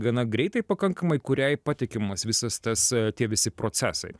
gana greitai pakankamai kuriai patikimas visas tas tie visi procesai